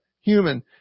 human